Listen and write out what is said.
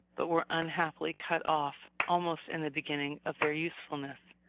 but were unhappily cut off almost in the beginning of their usefulness.